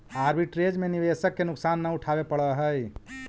arbitrage में निवेशक के नुकसान न उठावे पड़ऽ है